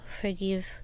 forgive